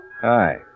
Hi